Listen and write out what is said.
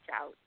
out